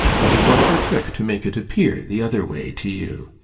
but it was her trick to make it appear the other way to you.